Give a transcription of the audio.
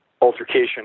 altercation